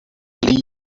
believe